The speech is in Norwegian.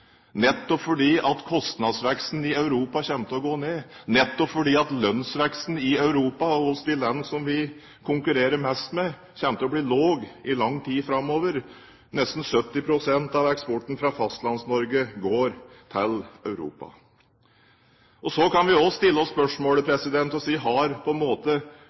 nettopp fordi kostnadsveksten i Europa kommer til å gå ned, nettopp fordi lønnsveksten i Europa og i de land vi konkurrerer mest med, kommer til å bli lav i lang tid framover. Nesten 70 pst. av eksporten fra Fastlands-Norge går til Europa. Så kan vi også stille oss spørsmålet: Har måten vi har ordnet oss på